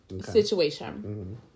situation